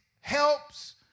helps